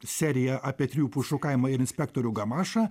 serija apie trijų pušų kaimą ir inspektorių gamašą